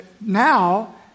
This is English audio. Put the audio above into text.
now